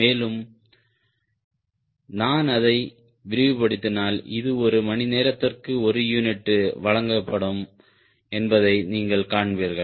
மேலும் நான் அதை விரிவுபடுத்தினால் இது ஒரு மணி நேரத்திற்கு ஒரு யூனிட் வழங்கப்படும் என்பதை நீங்கள் காண்பீர்கள்